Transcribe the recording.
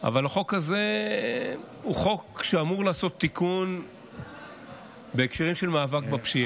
אבל החוק הזה הוא חוק שאמור לעשות תיקון בהקשרים של מאבק בפשיעה.